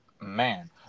Man